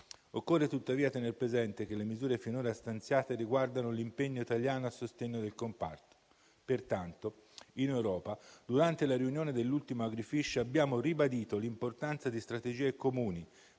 Occorre tuttavia tener presente che le misure finora stanziate riguardano l'impegno italiano a sostegno del comparto. Pertanto in Europa, durante la riunione dell'ultimo Agrifish abbiamo ribadito l'importanza di strategie comuni,